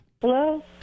Hello